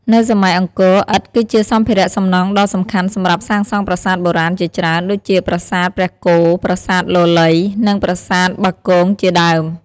នៅសម័យអង្គរ ឥដ្ឋគឺជាសម្ភារៈសំណង់ដ៏សំខាន់សម្រាប់សាងសង់ប្រាសាទបុរាណជាច្រើន ដូចជា ប្រាសាទព្រះគោ ប្រាសាទលលៃ និងប្រាសាទបាគងជាដើម។